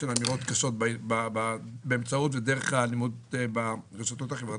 שהן אמירות קשות באמצעות ודרך האלימות ברשתות החברתיות.